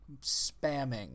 spamming